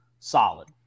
Solid